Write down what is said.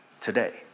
today